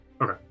Okay